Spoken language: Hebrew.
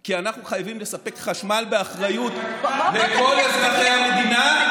כי אנחנו חייבים לספק חשמל באחריות לכל אזרחי המדינה,